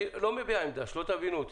אני לא מביע עמדה, שלא תבינו אותי.